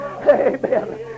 Amen